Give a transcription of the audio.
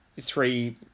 three